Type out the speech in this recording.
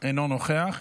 אינו נוכח.